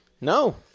No